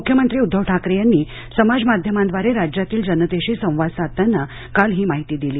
मुख्यमंत्री उद्दव ठाकरे यांनी समाजमाध्यमांद्वारे राज्यातील जनतेशी संवाद साधताना काल ही माहिती दिली